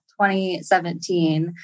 2017